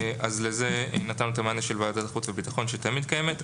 לזה נתנו את המענה של ועדת החוץ והביטחון שתמיד קיימת.